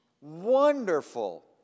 wonderful